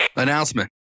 announcement